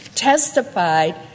testified